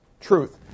Truth